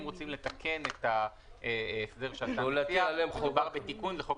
אם רוצים לתקן את ההסדר שאתה מציע חובה ותיקון זה חוק